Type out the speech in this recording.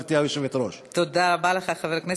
תודה רבה, גברתי היושבת-ראש.